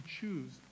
choose